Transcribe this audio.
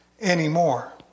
anymore